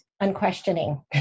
unquestioning